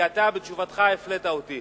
כי אתה בתשובתך הפלאת אותי.